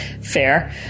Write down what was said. Fair